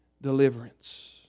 deliverance